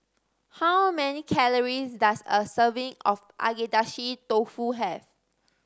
how many calories does a serving of Agedashi Dofu have